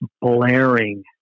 blaring